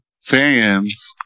fans